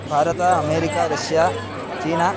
भारतम् America Russia चीना